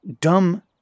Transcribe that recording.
dumb